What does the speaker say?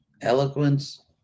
eloquence